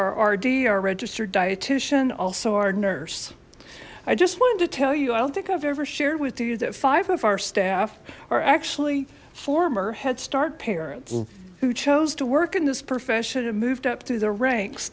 rd our registered dietitian also our nurse i just wanted to tell you i don't think i've ever shared with you that five of our staff are actually former head start parents who chose to work in this profession and moved up through the ranks